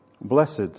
Blessed